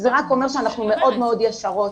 זה רק אומר שאנחנו מאוד ישרות.